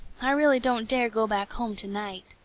i really don't dare go back home to-night.